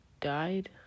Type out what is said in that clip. died